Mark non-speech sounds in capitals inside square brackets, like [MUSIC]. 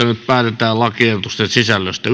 [UNINTELLIGIBLE] nyt päätetään lakiehdotusten sisällöstä [UNINTELLIGIBLE]